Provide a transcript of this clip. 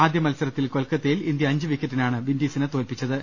ആദ്യമത്സരത്തിൽ കൊൽക്കത്തയിൽ ഇന്ത്യ അഞ്ചു വിക്കറ്റിനാണ് വിൻഡീസിനെ തോല്പിച്ചത്